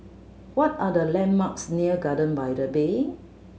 what are the landmarks near Garden by the Bay